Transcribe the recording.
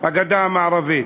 הגדה המערבית.